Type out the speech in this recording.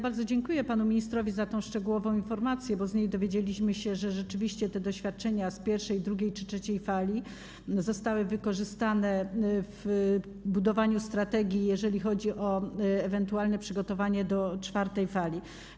Bardzo dziękuję panu ministrowi za tę szczegółową informację, bo dowiedzieliśmy się, że rzeczywiście doświadczenia wynikające z pierwszej, drugiej czy trzeciej fali zostały wykorzystane w budowaniu strategii, jeżeli chodzi o ewentualne przygotowania do czwartej fali.